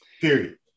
period